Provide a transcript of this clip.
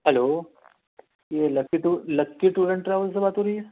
hello یہ lucky tour lucky tour and travels سے بات ہو رہی ہے